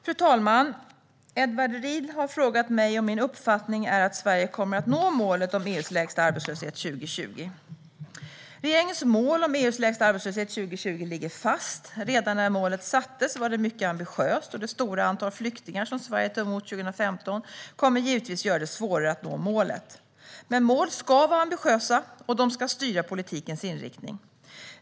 Fru talman! Edward Riedl har frågat mig om min uppfattning är att Sverige kommer att nå målet om EU:s lägsta arbetslöshet 2020. Regeringens mål om EU:s lägsta arbetslöshet 2020 ligger fast. Redan när målet sattes var det mycket ambitiöst, och det stora antal flyktingar som Sverige tog emot 2015 kommer givetvis att göra det svårare att nå målet. Men mål ska vara ambitiösa, och de ska styra politikens inriktning.